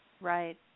Right